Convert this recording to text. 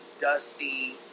Dusty